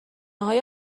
های